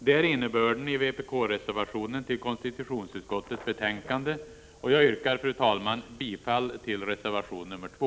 Det är innebörden i vpk-reservationen till konstitutionsutskottets betänkande. Jag yrkar, fru talman, bifall till reservation nr 2.